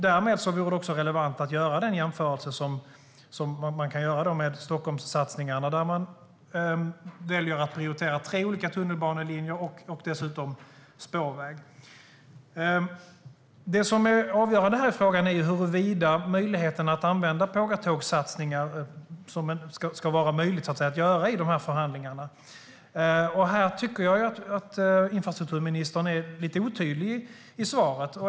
Därmed är det relevant att göra en jämförelse med Stockholmssatsningarna, där man väljer att prioritera tre olika tunnelbanelinjer samt spårväg. Avgörande i frågan är huruvida det i förhandlingarna finns möjligheter att göra pågatågssatsningar. Jag tycker att infrastrukturministern är lite otydlig om detta i sitt svar.